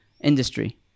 industry